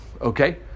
Okay